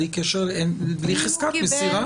בלי חזקת מסירה.